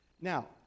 Now